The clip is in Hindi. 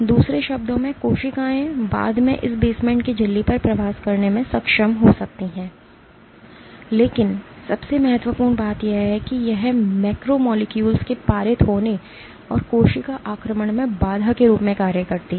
दूसरे शब्दों में कोशिकाएँ बाद में इस बेसमेंट की झिल्ली पर प्रवास करने में सक्षम हो सकती हैं लेकिन सबसे महत्वपूर्ण बात यह है कि यह मैक्रोमोलेक्युलस के पारित होने और कोशिका आक्रमण में बाधा के रूप में कार्य करती है